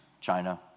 China